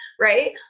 right